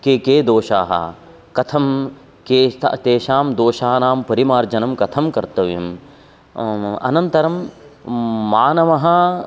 के के दोषाः कथं के तेषां दोषानां परिमार्जनं कथं कर्तव्यम् अनन्तरं मानवः